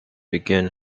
begin